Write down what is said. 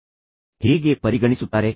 ಅವರು ನನ್ನನ್ನು ಹೇಗೆ ಪರಿಗಣಿಸುತ್ತಾರೆ